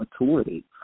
maturity